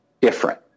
different